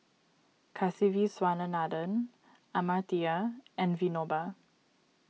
Kasiviswanathan Amartya and Vinoba